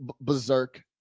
berserk